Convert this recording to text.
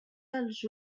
als